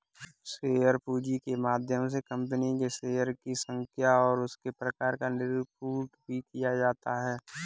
share पूंजी के माध्यम से कंपनी के शेयरों की संख्या और उसके प्रकार का निरूपण भी किया जाता है